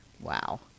Wow